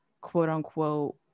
quote-unquote